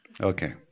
Okay